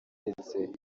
ndetse